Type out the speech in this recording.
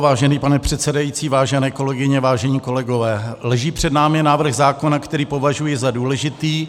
Vážený pane předsedající, vážené kolegyně, vážení kolegové, leží před námi návrh zákona, který považuji za důležitý.